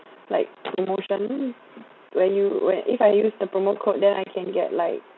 like promotion when you when if I use the promo code then I can get like